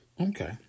Okay